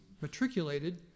matriculated